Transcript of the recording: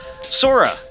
Sora